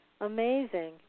Amazing